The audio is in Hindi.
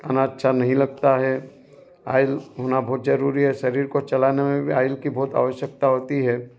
खाना अच्छा नहीं लगता है ऑइल का होना बहुत जरूरी है शरीर को चलाने में भी ऑइल की बहुत आवश्यकता होती है